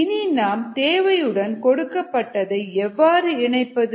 இனி நம் தேவையுடன் கொடுக்கப்பட்டதை எவ்வாறு இணைப்பது